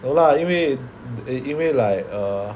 no lah 因为因为 like err